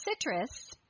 citrus